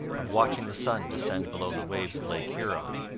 of watching the sun descend below the waves of lake huron,